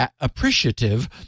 appreciative